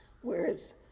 Whereas